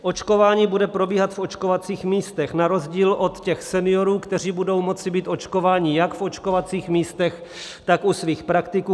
Očkování bude probíhat v očkovacích místech na rozdíl od těch seniorů, kteří budou moci být očkováni jak v očkovacích místech, tak u svých praktiků.